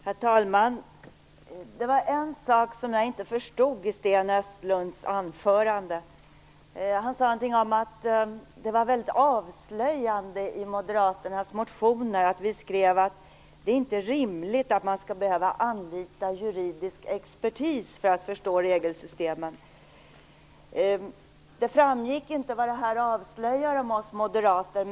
Herr talman! Det var en sak som jag inte förstod i Sten Östlunds anförande. Han sade någonting om att det var väldigt avslöjande i moderaternas motioner att vi skrev att det inte är rimligt att man skall behöva anlita juridisk expertis för att förstå regelsystemen. Det framgick inte vad det avslöjar om oss moderater.